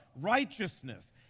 righteousness